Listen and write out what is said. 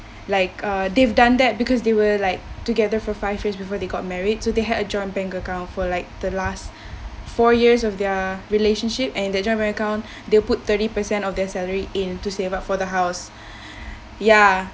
like uh they've done that because they were like together for five years before they got married so they had a joint bank account for like the last four years of their relationship and the joint account they will put thirty percent of their salary in to save up for the house ya